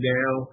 now